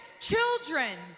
children